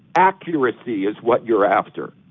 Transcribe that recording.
accuracy is what you're after.